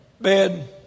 Bed